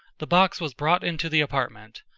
the box was brought into the apartment.